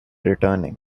returning